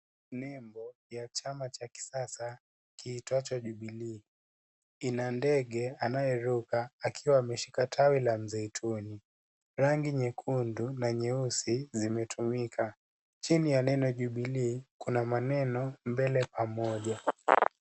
Nembo ya chama cha kisasa kiitwacho Jubilee. Ina ndege anayeruka akiwa ameshika tawi la mzaituni. Rangi nyekundu na nyeusi zimetumika. Chini ya neno Jubilee kuna maneno mbele pamoja.